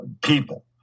people